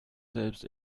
selbst